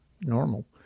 normal